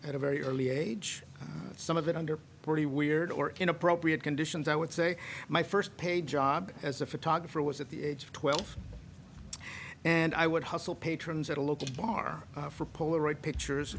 at a very early age some of it under pretty weird or inappropriate conditions i would say my first paid job as a photographer was at the age of twelve and i would hustle patrons at a local bar for polaroid pictures